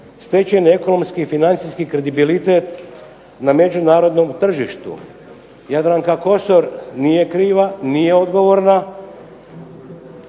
stečeni ekonomski i financijski kredibilitet na međunarodnom tržištu. Jadranka Kosor nije kriva, nije odgovorna